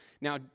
Now